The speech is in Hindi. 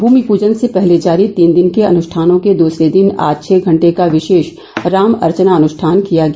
भूमि पूजन से पहले जारी तीन दिन के अनुष्ठानों के दसरे दिन आज छह घंटे का विशेष राम रचा अनुष्ठान किया गया